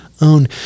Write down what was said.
own